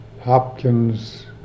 Hopkins